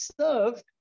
served